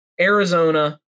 Arizona